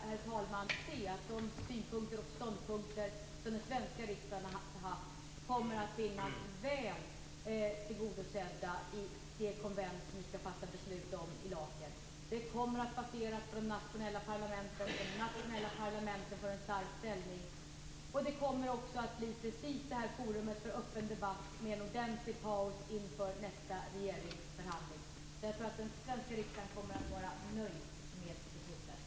Där kan jag se att de synpunkter och ståndpunkter som den svenska riksdagen har haft kommer att väl tillgodoses i det konvent som vi ska fatta beslut om i Laeken. Det kommer att baseras på de nationella parlamenten som får en stark ställning. Det kommer också att bli ett forum för öppen debatt med en ordentlig paus inför nästa regeringsförhandling. Jag tror att den svenska riksdagen kommer att vara nöjd med beslutet.